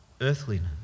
earthliness